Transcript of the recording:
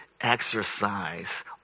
exercise